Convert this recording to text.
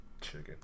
Chicken